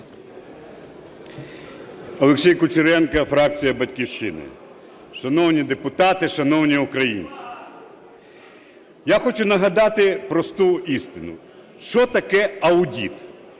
Олексій Кучеренко, фракція "Батьківщина". Шановні депутати, шановні українці, я хочу нагадати просту істину. Що таке аудит?